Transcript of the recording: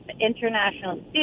international